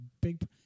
big